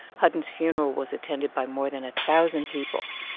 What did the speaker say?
hutton's funeral was attended by more than a thousand people.